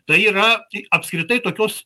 tai yra apskritai tokios